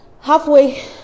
halfway